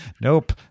nope